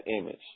image